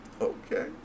Okay